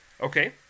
Okay